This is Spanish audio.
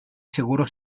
seguro